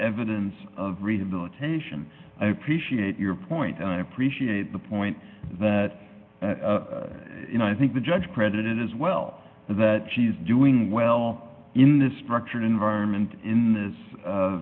evidence of rehabilitation i appreciate your point and i appreciate the point that you know i think the judge credit is well that she's doing well in this structured environment in this